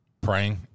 praying